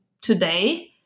today